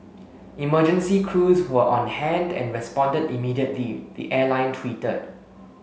emergency crews were on hand and responded immediately the airline tweeted